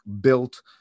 built